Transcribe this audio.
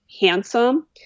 handsome